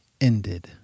ended